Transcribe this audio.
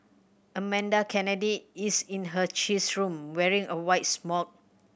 Amanda Kennedy is in her cheese room wearing a white smock